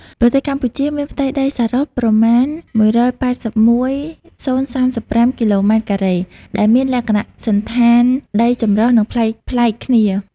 ប្រទេសកម្ពុជា មានផ្ទៃដីសរុបប្រមាណ ១៨១.០៣៥ គីឡូម៉ែត្រការ៉េ ដែលមានលក្ខណៈសណ្ឋានដីចម្រុះ និងប្លែកៗគ្នា។